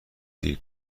دیر